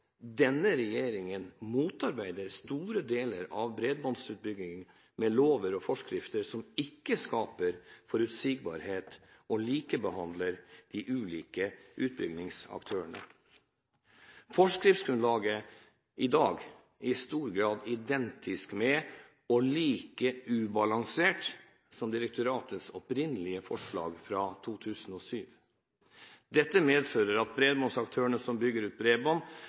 denne regjeringen motarbeider store deler av bredbåndsutbyggingen med lover og forskrifter som verken skaper forutsigbarhet eller likebehandler de ulike utbyggingsaktørene. Forskriftsgrunnlaget er i dag i stor grad identisk med og like ubalansert som direktoratets opprinnelige forslag fra 2007. Dette medfører at bredbåndsaktørene som bygger ut bredbånd